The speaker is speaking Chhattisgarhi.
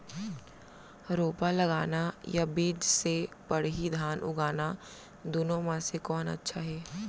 रोपा लगाना या बीज से पड़ही धान उगाना दुनो म से कोन अच्छा हे?